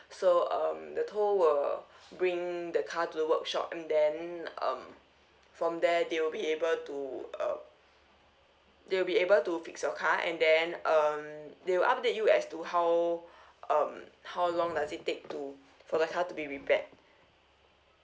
so um the tow will bring the car to the workshop and then um from there they will be able to uh they will be able to fix your car and then um they will update you as to how um how long does it take to for the car to be repaired